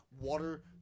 water